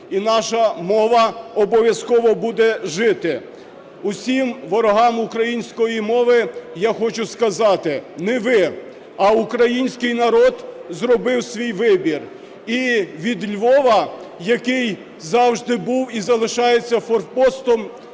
і наша мова обов'язково буде жити. Усім ворогам української мови я хочу сказати: не ви, а український народ зробив свій вибір. І від Львова, який завжди був і залишається форпостом